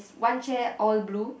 one chair all blue